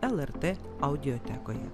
lrt audiotekoje